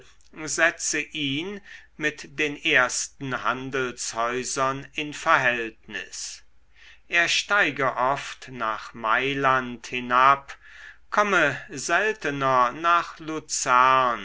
setze ihn mit den ersten handelshäusern in verhältnis er steige oft nach mailand hinab komme seltener nach